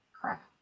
crap